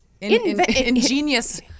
ingenious